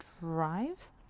drives